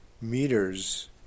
meters